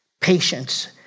patience